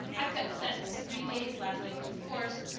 i cut sets three days last week. of course,